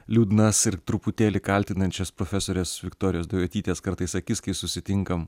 liūdnas ir truputėlį kaltinančias profesorės viktorijos daujotytės kartais akis kai susitinkam